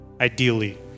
ideally